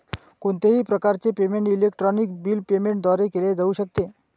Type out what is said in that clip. कोणत्याही प्रकारचे payment electronic bill payment द्वारे केले जाऊ शकते